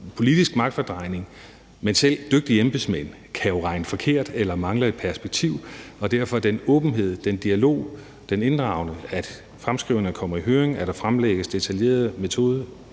politisk magtfordrejning, men selv dygtige embedsmænd kan jo regne forkert eller mangle et perspektiv, og derfor er den åbenhed, den dialog, den inddragelse, det, at fremskrivningen kommer i høring, og at der fremlægges detaljerede